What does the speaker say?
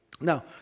Now